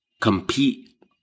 compete